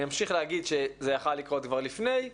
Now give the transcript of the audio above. אני אמשיך להגיד שזה יכול היה לקרות כבר לפני,